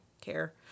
care